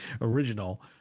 original